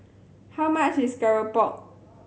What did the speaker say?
how much is keropok